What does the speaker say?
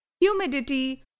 humidity